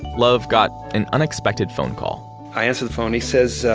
love got an unexpected phone call i answered the phone, he says,